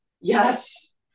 Yes